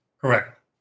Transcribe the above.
Correct